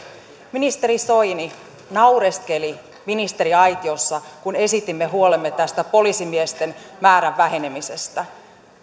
ministeri soini naureskeli ministeriaitiossa kun esitimme huolemme tästä poliisimiesten määrän vähenemisestä